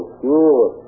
sure